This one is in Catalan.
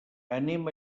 anem